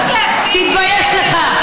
את לא צריכה להגזים כדי,